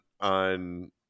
on